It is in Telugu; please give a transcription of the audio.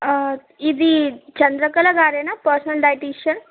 ఇది చంద్రకళ గారేనా పర్సనల్ డైటీషియన్